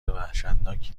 وحشتناکی